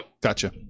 Gotcha